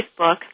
Facebook